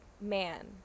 man